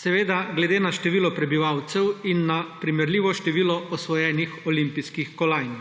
seveda glede na število prebivalcev in na primerljivo število osvojenih olimpijskih kolajn.